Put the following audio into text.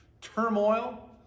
turmoil